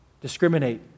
discriminate